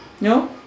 No